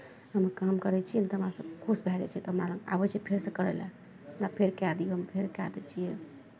हम काम करै छियै ने तऽ हमरासँ खुश भए जाइ छै तऽ हमरा लग आबै छै फेरसँ करय लए कहलक फेर कए दियौ हम फेर कए दै छियै